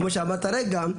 כמו שאמרת כרגע,